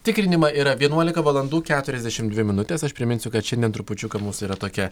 tikrinimą yra vienuolika valandų keturiasdešimt dvi minutės aš priminsiu kad šiandien trupučiuką mūsų yra tokia